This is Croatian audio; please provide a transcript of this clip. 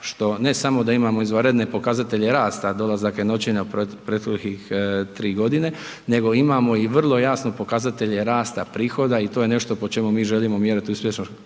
što ne samo da imamo izvanredne pokazatelje rasta dolazaka i noćenja prethodnih 3.g., nego imamo i vrlo jasno pokazatelje rasta prihoda i to je nešto po čemu mi želimo mjerit uspješnost